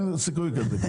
אין סיכוי שכזה.